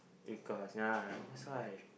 because ya that's why